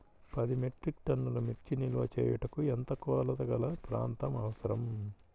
పది మెట్రిక్ టన్నుల మిర్చి నిల్వ చేయుటకు ఎంత కోలతగల ప్రాంతం అవసరం?